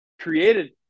created